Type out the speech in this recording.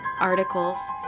articles